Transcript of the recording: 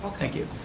thank you.